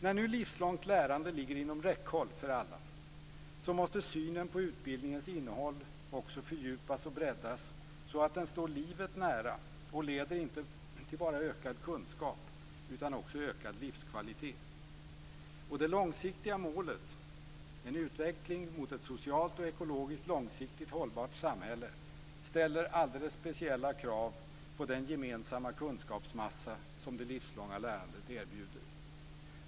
När nu livslångt lärande ligger inom räckhåll för alla måste synen på utbildningens innehåll också fördjupas och breddas så att den står livet nära och inte bara leder till ökad kunskap utan också till ökad livskvalitet. Och det långsiktiga målet, en utveckling mot ett socialt och ekologiskt långsiktigt hållbart samhälle, ställer alldeles speciella krav på den gemensamma kunskapsmassa som det livslånga lärandet erbjuder.